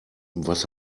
was